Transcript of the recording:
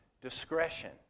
discretion